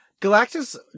Galactus